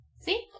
See